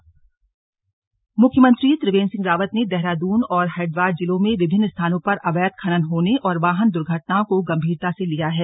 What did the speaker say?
slug CM खनन मुख्यमंत्री त्रिवेंद्र सिंह रावत ने देहरादून और हरिद्वार जिलों में विभिन्न स्थानों पर अवैध खनन होने और वाहन दुर्घटनाओं को गंभीरता से लिया है